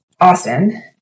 Austin